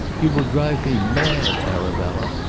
you will drive me mad, arabella.